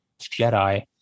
Jedi